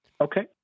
Okay